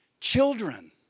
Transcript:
Children